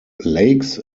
lakes